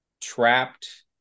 trapped